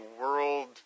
world